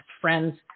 friends